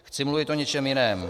Chci mluvit o něčem jiném.